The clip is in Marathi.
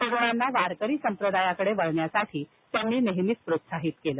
तरुणांना वारकरी संप्रदायाकडे वळण्यासाठी त्यांनी नेहमीच प्रोत्साहित केलं